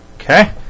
Okay